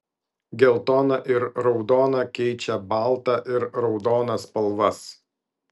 geltona ir raudona keičia baltą ir raudoną spalvas